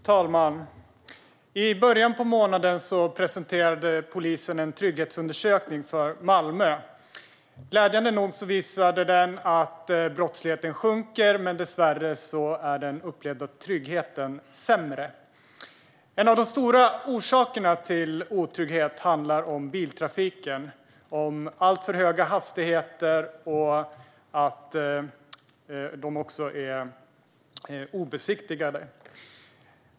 Herr talman! I början av månaden presenterade polisen en trygghetsundersökning för Malmö. Glädjande nog visade den att brottsligheten sjunker, men dessvärre är den upplevda tryggheten sämre. En av de stora orsakerna till otryggheten handlar om biltrafiken, om alltför höga hastigheter och obesiktade bilar.